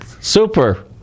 Super